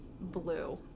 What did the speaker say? Blue